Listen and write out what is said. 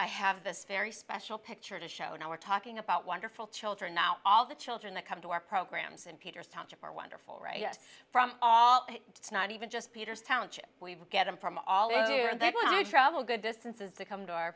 i have this very special picture to show now we're talking about wonderful children now all the children that come to our programs and peter are wonderful right from all it's not even just peter's township we get them from all over here and they want to travel good distances to come to our